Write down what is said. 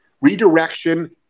Redirection